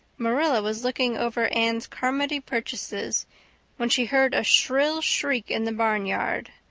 marilla was looking over anne's carmody purchases when she heard a shrill shriek in the barnyard.